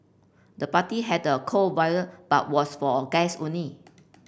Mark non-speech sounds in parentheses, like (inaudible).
the party had a cool (unintelligible) but was for guest only